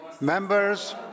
members